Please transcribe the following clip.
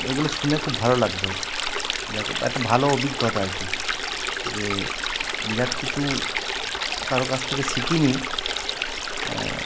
এগুলো শুনে খুব ভালো লাগতো যা একটা ভালো অভিজ্ঞতা আর কি যে বিরাট কিছু কারো কাছ থেকে শিখিনি